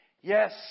Yes